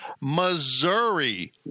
Missouri